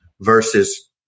versus